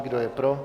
Kdo je pro?